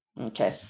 Okay